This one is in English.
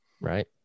right